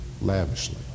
lavishly